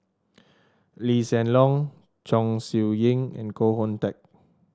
Lee Hsien Loong Chong Siew Ying and Koh Hoon Teck